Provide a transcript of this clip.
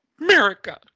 america